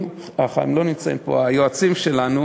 היועצים שלנו